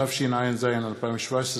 התשע"ז 2017,